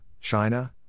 China